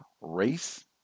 race